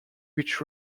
which